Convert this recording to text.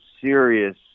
serious